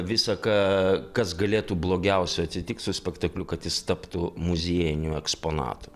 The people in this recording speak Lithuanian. visa ką kas galėtų blogiausio atsitikt su spektakliu kad jis taptų muziejiniu eksponatu